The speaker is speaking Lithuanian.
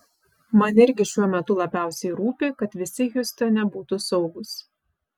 man irgi šiuo metu labiausiai rūpi kad visi hjustone būtų saugūs